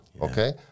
okay